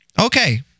Okay